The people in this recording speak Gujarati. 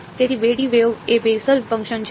તેથી 2 ડી વેવ એ બેસેલ ફંકશન છે